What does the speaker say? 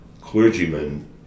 clergymen